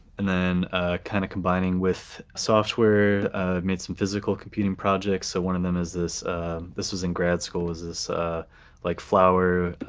and then kind of combining with software, i've made some physical computing projects. so one of them is this this was in grad school is this like flower.